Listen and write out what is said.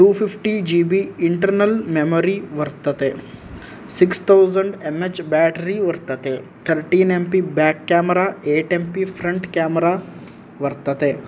two fifty G B internal memory वर्तते six thousand M H battery वर्तते thirteen M P back camera eight M P front camera वर्तते